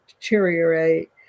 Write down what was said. deteriorate